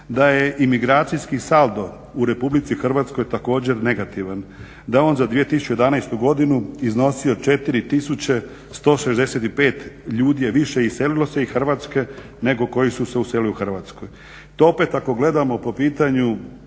da je imigracijski saldo u RH također negativan. Da je on za 2011. godinu iznosio 4165 ljudi je više se iselilo se iz Hrvatske nego koji su se uselili u Hrvatsku. To opet ako gledamo po pitanju